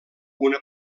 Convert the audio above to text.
una